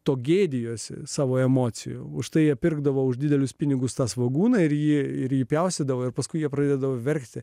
to gėdijosi savo emocijų už tai pirkdavo už didelius pinigus tą svogūną ir ji ir įpjaustydavo ir paskui jie pradeda verkti